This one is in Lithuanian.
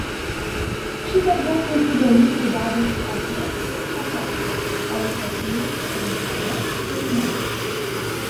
šitiek daug puikių dalykų dedasi aplink ir šalia o ypač mūsų rinktame seime